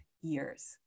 years